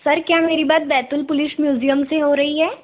sir क्या मेरी बात बैतुल पुलिस म्यूज़ियम से हो रही है